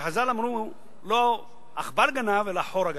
שחז"ל אמרו "לא עכברא גנב אלא חורא גנב".